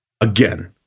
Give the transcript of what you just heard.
again